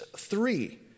Three